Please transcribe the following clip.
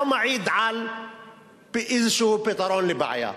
לא מעיד על איזה פתרון לבעיה.